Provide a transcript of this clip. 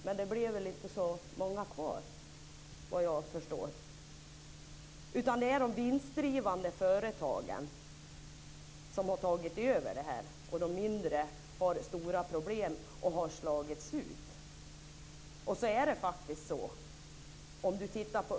Men det blev väl inte så många kvar såvitt jag förstår, utan det är de vinstdrivande företagen som har tagit över. De mindre har stora problem och många har slagits ut.